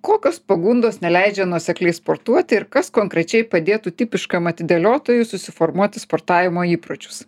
kokios pagundos neleidžia nuosekliai sportuoti ir kas konkrečiai padėtų tipiškam atidėliotojui susiformuoti sportavimo įpročius